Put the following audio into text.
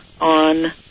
on